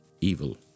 evil